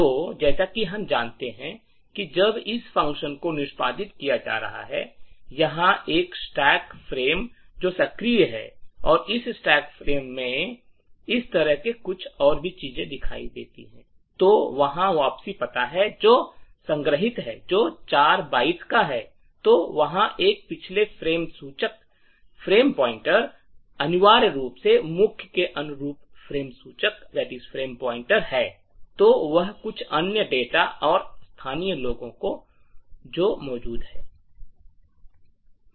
तो जैसा कि हम जानते है कि जब इस function को निष्पादित किया जाता है वहां एक स्टैक फ्रेम जो सक्रिय है और इस फ्रेम इस तरह से कुछ देखो तो वहां वापसी पता है जो संग्रहीत है जो 4 बाइट्स का है तो वहां एक पिछले फ्रेम सूचक अनिवार्य रूप से मुख्य के अनुरूप फ्रेम सूचक है तो वहां कुछ अन्य डेटा और स्थानीय लोगों को जो मौजूद हैं